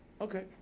Okay